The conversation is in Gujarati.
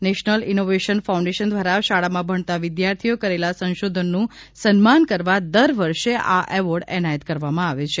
નેશનલ ઇનોવેશન ફાઉન્ડેશન દ્વારા શાળામાં ભણતા વિદ્યાર્થીઓ કરેલા સંશોધનનું સન્માન કરવા દર વર્ષે આ એવોર્ડ એનાયત કરવામાં આવે છે